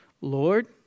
Lord